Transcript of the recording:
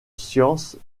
sciences